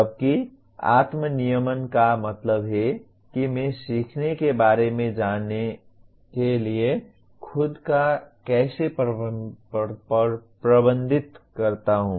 जबकि आत्म नियमन का मतलब है कि मैं सीखने के बारे में जाने के लिए खुद को कैसे प्रबंधित करता हूं